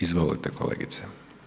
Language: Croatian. Izvolite kolegice.